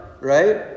right